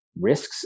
Risks